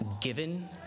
given